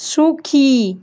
সুখী